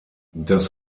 das